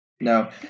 no